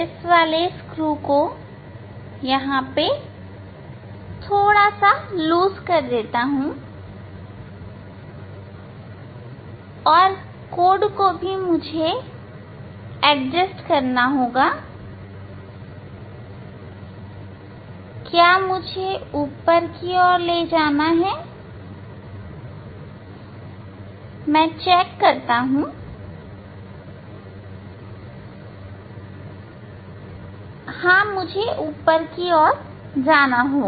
ठीक है मैं इस वाले स्क्रू को थोड़ा ढीला करता हूं और कोड को मुझे एडजस्ट करना चाहिए क्या मुझे ऊपर की ओर ले जाना है मुझे जाँच करनी है हाँ मुझे ऊपर ले जाना होगा